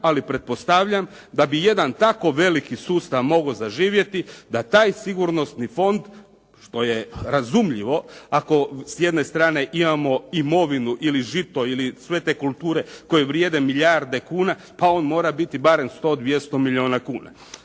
ali pretpostavljam da bi jedan tako veliki sustav mogao zaživjeti da taj sigurnosni fond, što je razumljivo, ako s jedne strane imamo imovinu ili žito ili sve te kulture koje vrijede milijarde kuna, pa on mora biti barem 100, 200 milijuna kuna.